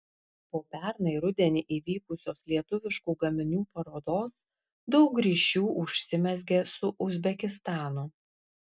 po pernai rudenį įvykusios lietuviškų gaminių parodos daug ryšių užsimezgė su uzbekistanu